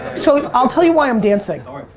so i'll tell you why i'm dancing. sorry.